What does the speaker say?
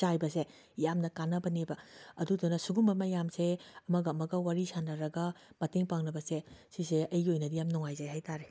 ꯆꯥꯏꯕꯁꯦ ꯌꯥꯝꯅ ꯀꯥꯟꯅꯕꯅꯦꯕ ꯑꯗꯨꯗꯨꯅ ꯁꯨꯒꯨꯝꯕ ꯃꯌꯥꯝꯁꯦ ꯑꯃꯒ ꯑꯃꯒ ꯋꯥꯔꯤ ꯁꯥꯅꯔꯒ ꯃꯇꯦꯡ ꯄꯥꯡꯅꯕꯁꯦ ꯁꯤꯁꯦ ꯑꯩꯒꯤ ꯑꯣꯏꯅꯗꯤ ꯌꯥꯝ ꯅꯨꯡꯉꯥꯏꯖꯩ ꯍꯥꯏꯇꯥꯔꯦ